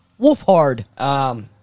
Wolfhard